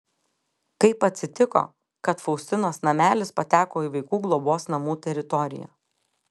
kaip atsitiko kad faustinos namelis pateko į vaikų globos namų teritoriją